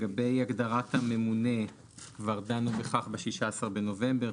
בהגדרת הממונה כבר דנו ב-16 בנובמבר,